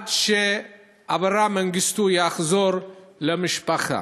עד שאברה מנגיסטו יחזור למשפחתו.